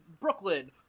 brooklyn